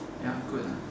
ya good lah